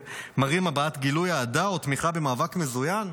מביעים גילוי אהדה או תמיכה במאבק מזוין?